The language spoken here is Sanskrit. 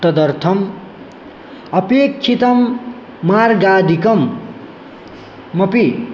तदर्थम् अपेक्षितं मार्गादिकमपि